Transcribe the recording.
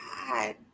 god